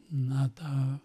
na tą